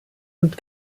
und